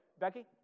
Becky